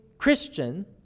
Christian